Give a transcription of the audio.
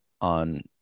on